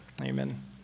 Amen